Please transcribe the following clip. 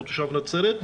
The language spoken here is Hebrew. הוא תושב נצרת,